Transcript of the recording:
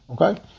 Okay